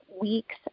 weeks